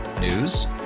News